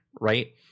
Right